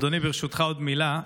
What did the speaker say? אדוני, ברשותך עוד מילה.